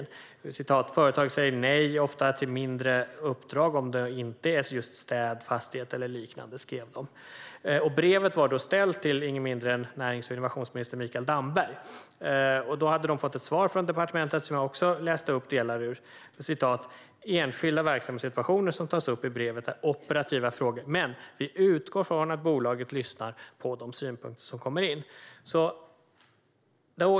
De skrev: Företaget säger ofta nej till olika mindre uppdrag om det inte är städ, fastighet eller liknande. Brevet var ställt just till ingen mindre än närings och innovationsminister Mikael Damberg. De hade fått ett svar från departementet som jag också läste upp delar ur. Det stod bland annat: Enskilda verksamhetssituationer som tas upp i brevet är operativa frågor, men vi utgår från att bolaget lyssnar på de synpunkter som kommer in.